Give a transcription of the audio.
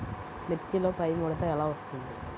మిర్చిలో పైముడత ఎలా వస్తుంది?